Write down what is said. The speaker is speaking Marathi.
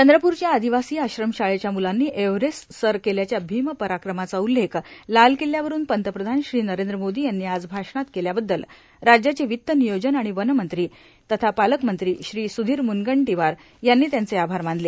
चंद्रपूरच्या आर्ादवासी आश्रमशाळेच्या मुलांनी एव्हरेस्ट सर केल्याच्या भीमपराक्रमाचा उल्लेख लाल किल्यावरुन पंतप्रधान श्री नरद्र मोदों यांनी आज भाषणात केल्याबद्दल राज्याचे र्यावत्त र्मियोजन र्आण वनेमंत्री तथा पालकमंत्री श्री सुधीर मुनगंटोंवार यांनी त्यांचे आभार मानले